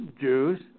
Jews